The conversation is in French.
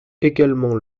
également